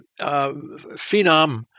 phenom